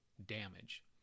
damage